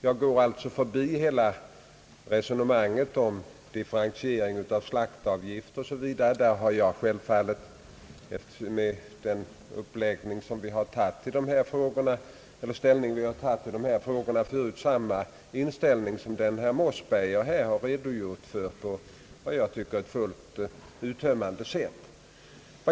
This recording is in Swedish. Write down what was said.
Jag går alltså förbi hela resonemanget om differentiering av slaktavgifter o.s.v. Där har jag självfallet med den ställning vi tagit i dessa frågor samma uppfattring som den herr Mossberger här redogjort för på ett enligt min uppfattning fullt uttömmande sätt.